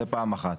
זה פעם אחת,